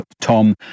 tom